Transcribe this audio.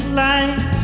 light